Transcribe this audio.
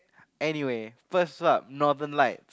anyway first up Northern Light